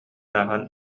ааһан